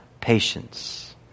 patience